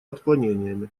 отклонениями